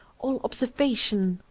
all observation,